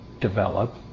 develop